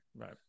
Right